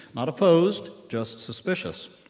not opposed, just suspicious.